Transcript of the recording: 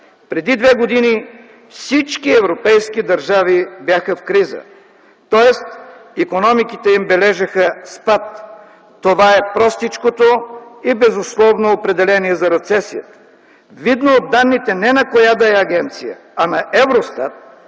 Преди две години всички европейски държави бяха в криза, тоест икономиките им бележеха спад. Това е простичкото и безусловно определение за рецесията. Видно от данните не на коя да е агенция, а на Евростат,